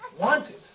wanted